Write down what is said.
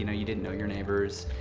you know, you didn't know your neighbors,